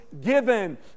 given